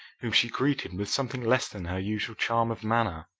whom she greeted with something less than her usual charm of manner.